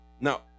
Now